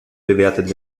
bewertet